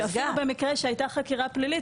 שאפילו במקרה שהייתה חקירה פלילית,